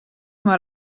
mor